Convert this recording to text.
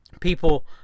People